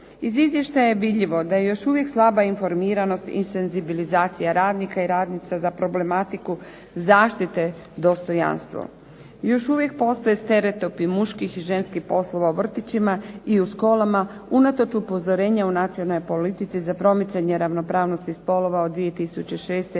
Iz izvještaja je vidljivo da je još uvijek slaba informiranost i senzibilizacija radnika i radnika za problematiku zaštite dostojanstva. Još uvijek postoje stereotipi muških i ženskih poslova u vrtićima i u školama, unatoč upozorenju u Nacionalnoj politici za promicanje ravnopravnosti spolova od 2006.d